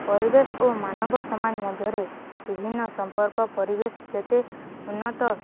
ପରିବେଶ ଓ ମାନବ ସମାଜ ମଧ୍ୟରେ ବିଭିନ୍ନ ସମ୍ପର୍କ ପରିବେଶ ଯେତେ ଉନ୍ନତ